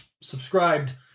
subscribed